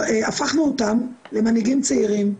הפכנו אותם למנהיגים צעירים.